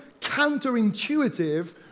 counterintuitive